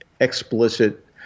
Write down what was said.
explicit